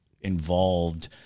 involved